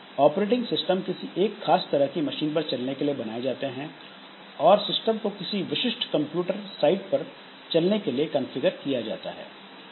operating system किसी एक खास तरह की मशीन पर चलने के लिए बनाए जाते हैं और सिस्टम को किसी विशिष्ट कंप्यूटर साइट पर चलने के लिए कॉन्फ़िगर किया जाता है